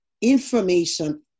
information